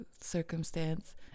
circumstance